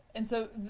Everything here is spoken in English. and so,